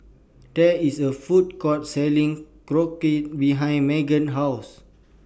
There IS A Food Court Selling Korokke behind Meagan's House